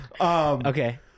Okay